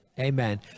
Amen